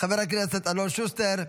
חבר הכנסת אושר שקלים,